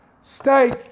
steak